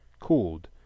Cooled